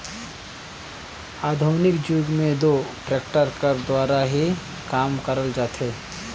आधुनिक जुग मे दो टेक्टर कर दुवारा ही काम करल जाथे